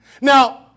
Now